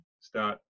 start